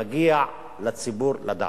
מגיע לציבור לדעת.